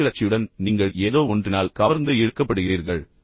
மனக்கிளர்ச்சியுடன் நீங்கள் ஏதோ ஒன்றினால் கவர்ந்து இழுக்கப்படுகிறீர்கள்